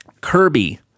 Kirby